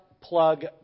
plug